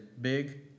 big